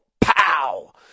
pow